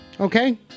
Okay